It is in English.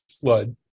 flood